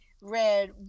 Red